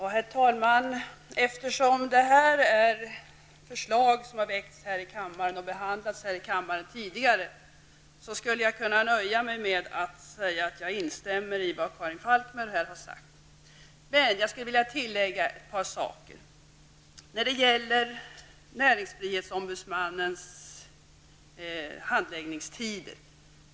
Herr talman! Eftersom det gäller förslag som har behandlats här i kammaren tidigare skulle jag kunna nöja med att instämma i vad Karin Falkmer här har sagt. Det finns dock ett par saker som jag skulle vilja lägga till. När det gäller NOs handläggningstider vill jag framhålla följande.